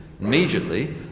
Immediately